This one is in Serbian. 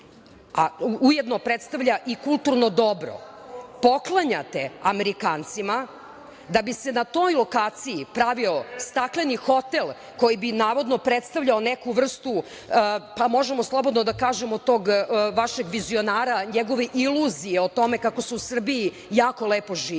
ujedno predstavlja i kulturno dobro, poklanjate Amerikancima da bi se na toj lokaciji, pravio stakleni hotel koji bi navodno predstavljao neku vrstu pa možemo slobodno da kažemo tog vašeg vizionara, njegove iluzije o tome kako se u Srbiji jako lepo živi,